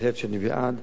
בהחלט אני בעד.